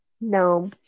No